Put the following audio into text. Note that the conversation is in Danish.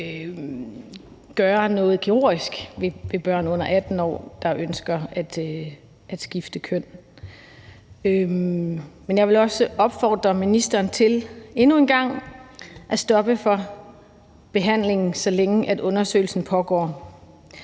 gøre noget kirurgisk ved børn under 18 år, der ønsker at skifte køn. Men jeg vil også endnu en gang opfordre ministeren til at stoppe behandlingen, så længe undersøgelsen pågår.